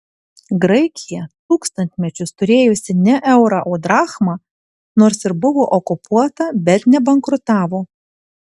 graikija tūkstantmečius turėjusi ne eurą o drachmą nors ir buvo okupuota bet nebankrutavo